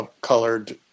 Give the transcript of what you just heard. colored